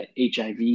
HIV